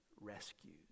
rescues